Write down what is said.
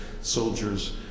soldiers